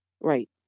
Right